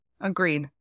Agreed